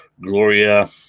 Gloria